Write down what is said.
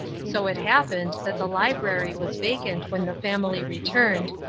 so it happened that the library was vacant when the family returned,